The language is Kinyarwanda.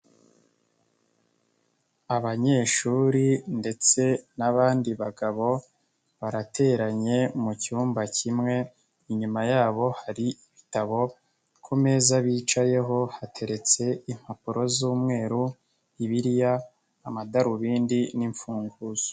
Abanyeshuri ndetse n'abandi bagabo barateranye mu cyumba kimwe, inyuma yabo hari ibitabo ku meza bicayeho hateretse impapuro z'umweru, bibiriya, amadarubindi n'imfunguzo.